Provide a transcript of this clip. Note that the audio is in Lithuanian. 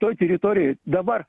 toj teritorijoj dabar